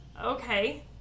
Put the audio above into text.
okay